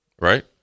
right